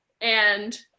And-